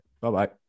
Bye-bye